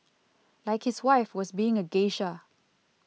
like his wife was being a geisha